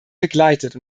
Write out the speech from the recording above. begleitet